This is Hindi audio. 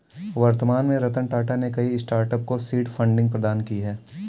वर्तमान में रतन टाटा ने कई स्टार्टअप को सीड फंडिंग प्रदान की है